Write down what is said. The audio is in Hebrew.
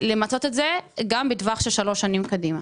והטענות הן אותן טענות.